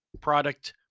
product